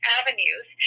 avenues